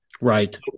right